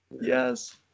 Yes